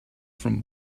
from